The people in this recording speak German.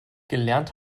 gelernt